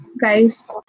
guys